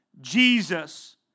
Jesus